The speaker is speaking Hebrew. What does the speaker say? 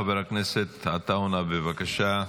חבר הכנסת עטאונה, בבקשה.